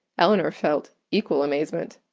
elinor felt equal amazement.